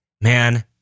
man